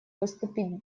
выступить